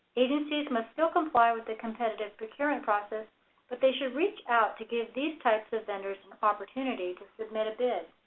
agencies must still comply with the competitive procurement process but they should reach out to give these types of vendors an and opportunity to submit a bid.